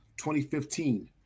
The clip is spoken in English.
2015